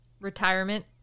Retirement